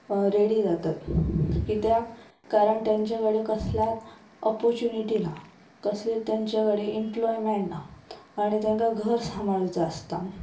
ready जातात कित्याक कारण तेंचे कडे कसलात ऑपोर्चुनिटी ना कसली तेंचे कडेन इम्प्लॉयमेंट ना आनी तेंकां घर सांबाळुचा आसता